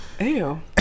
Ew